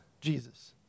Jesus